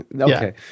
okay